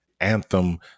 anthem